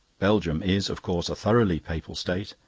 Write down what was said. belgium is, of course, a thoroughly papal state,